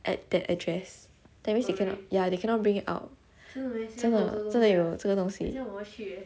at that address that means you cannot ya they cannot bring it out 真的真的有这个东西